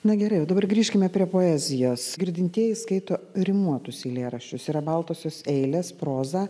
na gerai o dabar grįžkime prie poezijos girdintieji skaito rimuotus eilėraščius yra baltosios eilės proza